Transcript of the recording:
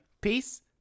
Peace